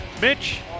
Mitch